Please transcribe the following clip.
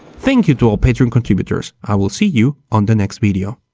thank you to all patreon contributors, i will see you on the next video.